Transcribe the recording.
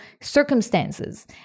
circumstances